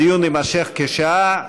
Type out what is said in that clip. הדיון יימשך כשעה.